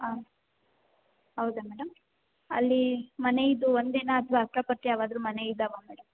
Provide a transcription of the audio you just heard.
ಹಾಂ ಹೌದಾ ಮೇಡಮ್ ಅಲ್ಲಿ ಮನೆ ಇದು ಒಂದೇನಾ ಅಥವಾ ಅಕ್ಕಪಕ್ಕ ಯಾವ್ದಾದ್ರೂ ಮನೆ ಇದವಾ ಮೇಡಮ್